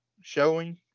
showing